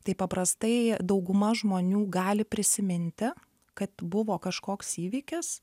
tai paprastai dauguma žmonių gali prisiminti kad buvo kažkoks įvykis